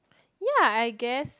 yea I guess